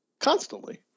Constantly